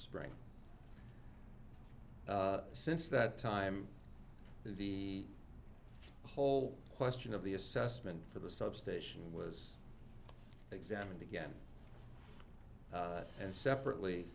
spring since that time the whole question of the assessment for the substation was examined again and separately